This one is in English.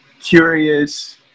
curious